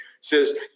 says